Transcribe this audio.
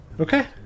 Okay